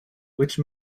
which